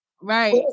Right